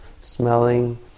smelling